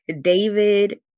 David